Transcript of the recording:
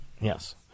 Yes